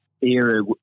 era